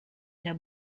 der